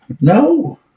No